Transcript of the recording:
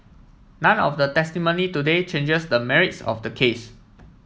none of the testimony today changes the merits of the case